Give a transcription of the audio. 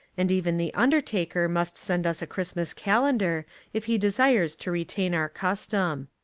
and even the undertaker must send us a christmas calendar if he desires to retain our custom.